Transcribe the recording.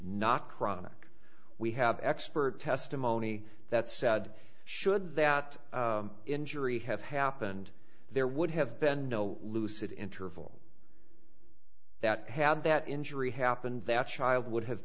not chronic we have expert testimony that said should that injury have happened there would have been no lucid interval that had that injury happened that child would have